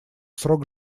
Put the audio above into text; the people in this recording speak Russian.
срок